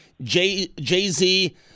Jay-Z –